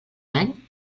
any